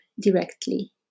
directly